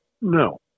No